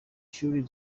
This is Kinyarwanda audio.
shuri